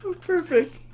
Perfect